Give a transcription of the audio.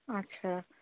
আচ্ছা